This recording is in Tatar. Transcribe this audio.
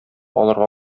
алырга